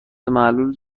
معلول